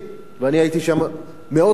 ואני הייתי שם מאות פעמים,